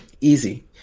Easy